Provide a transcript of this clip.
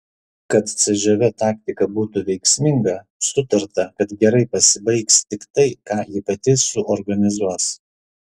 kad cžv taktika būtų veiksminga sutarta kad gerai pasibaigs tik tai ką ji pati suorganizuos